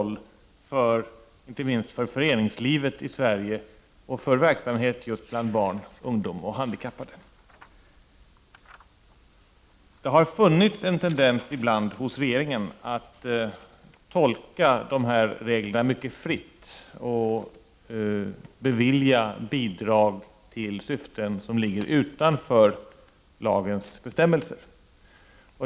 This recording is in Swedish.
1989/90:26 roll, inte minst för föreningslivet i Sverige och för verksamhet bland barn, 15 november 1989 ungdom och handikappade. a ERS TEE Det har ibland hos regeringen funnits en tendens att tolka dessa regler mycket fritt och bevilja bidrag till syften som ligger utanför lagens bestämmelser.